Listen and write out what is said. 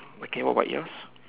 okay what about yours